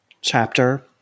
chapter